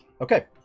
Okay